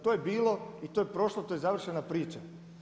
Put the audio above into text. To je bilo i to je prošlo, to je završena priča.